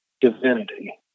divinity